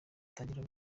atangira